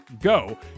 Go